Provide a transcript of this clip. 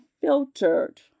Filtered